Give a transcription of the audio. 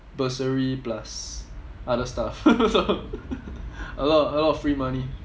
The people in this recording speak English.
bursary plus other stuff so a lot a lot of free money